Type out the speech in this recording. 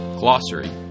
Glossary